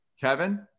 Kevin